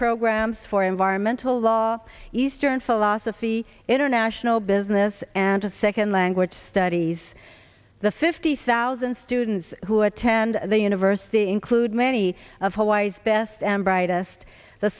programs for environmental law eastern philosophy international business and a second language studies the fifty thousand students who attend the university include many of hawaii's best brightest the